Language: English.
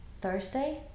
Thursday